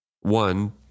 one